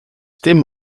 dim